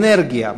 אנרגיה,